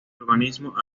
urbanismo